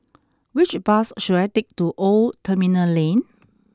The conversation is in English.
which bus should I take to Old Terminal Lane